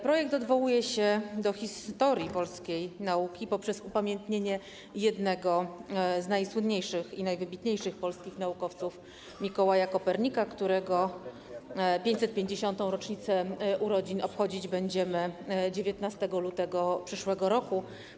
Projekt odwołuje się do historii polskiej nauki poprzez upamiętnienie jednego z najsłynniejszych i najwybitniejszych polskich naukowców Mikołaja Kopernika, którego 550. rocznicę urodzin obchodzić będziemy 19 lutego przyszłego roku.